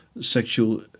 sexual